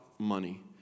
money